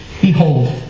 Behold